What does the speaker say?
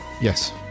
Yes